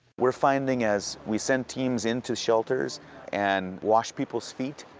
weire finding as we send teams into shelters and wash peopleis feet,